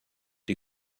die